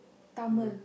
Tamil